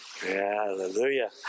hallelujah